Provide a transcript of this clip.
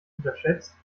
unterschätzt